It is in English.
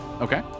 Okay